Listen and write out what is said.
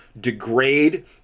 degrade